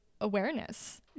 awareness